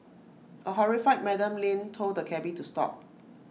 A horrified Madam Lin told the cabby to stop